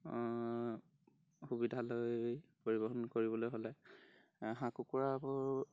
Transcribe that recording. সুবিধালৈ পৰিগ্ৰহণ কৰিবলৈ হ'লে হাঁহ কুকুৰাবোৰ